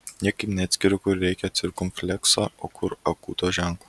niekaip neatskiriu kur reikia cirkumflekso o kur akūto ženklo